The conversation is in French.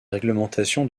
réglementation